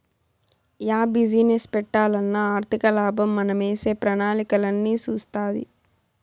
yeah business పెట్టాలన్నా ఆర్థికలాభం మనమేసే ప్రణాళికలన్నీ సూస్తాది